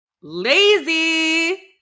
Lazy